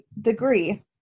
degree